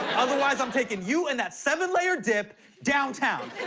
otherwise i'm taking you and that seven-layer dip downtown.